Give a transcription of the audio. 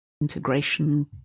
integration